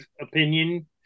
opinion